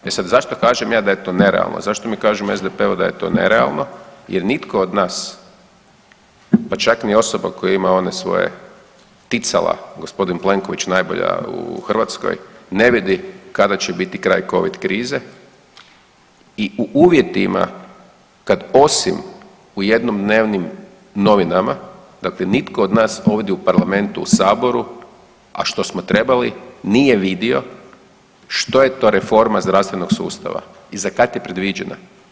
E sad, zašto kažem ja da je to nerealno, zašto mi kažemo u SDP-u da je to nerealno jer nitko od nas, pa čak ni osoba koja ima one svoje, ticala, g. Plenković najbolja u Hrvatskoj, ne vidi kada će biti kraj Covid krize i u uvjetima kad osim u jednodnevni novinama, dakle nitko od nas ovdje u parlamentu, u Saboru, a što smo trebali, nije vidio što je to reforma zdravstvenog sustava i za kad je predviđena.